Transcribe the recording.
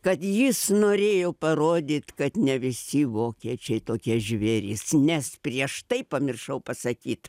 kad jis norėjo parodyt kad ne visi vokiečiai tokie žvėrys nes prieš tai pamiršau pasakyt